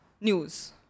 News